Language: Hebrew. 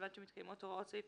ובלבד שמתקיימות הוראות סעיף